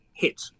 hit